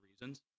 reasons